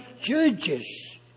judges